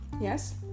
Yes